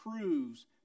proves